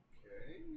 Okay